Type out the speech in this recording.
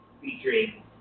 featuring